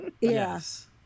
Yes